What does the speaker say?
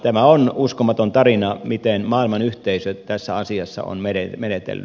tämä on uskomaton tarina miten maailmanyhteisö tässä asiassa on menetellyt